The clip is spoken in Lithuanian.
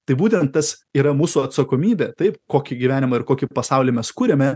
tai būtent tas yra mūsų atsakomybė taip kokį gyvenimą ir kokį pasaulį mes kuriame